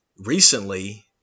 Recently